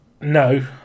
No